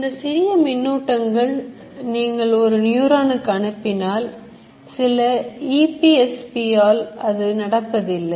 இந்த சிறிய மின்னூட்டங்கள் ஐ நீங்கள் ஒரு நியூரான் க்கு அனுப்பினால் சில EPSP ஆல் அது நடப்பதில்லை